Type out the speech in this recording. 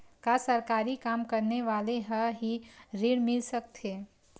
का सरकारी काम करने वाले ल हि ऋण मिल सकथे?